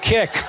Kick